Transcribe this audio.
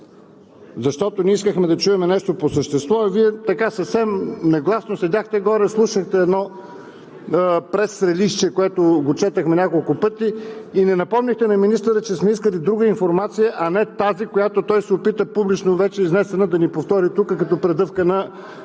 Защото ние искахме да чуем нещо по същество, а Вие така съвсем негласно седяхте горе, слушахте едно преслистче, което четохме няколко пъти, и не напомнихте на министъра, че сме искали друга информация, а не тази, която той се опита, публично вече изнесена, да ни повтори тук като предъвкана